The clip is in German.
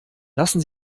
lassen